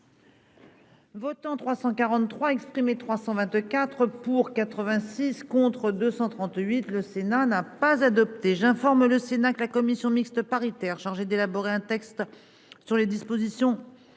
Votants 343 exprimés, 324 pour 86 contre 238, le Sénat n'a pas adopté j'informe le Sénat que la commission mixte paritaire chargée d'élaborer un texte. Sur les dispositions